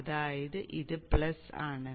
അതായത് ഇത് പ്ലസ് ആണ്